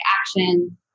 action